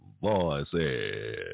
voices